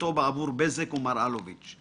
ופעילותו בעבור בזק ומר אלוביץ',